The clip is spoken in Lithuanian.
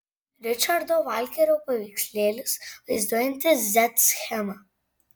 ričardo valkerio paveikslėlis vaizduojantis z schemą